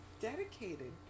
dedicated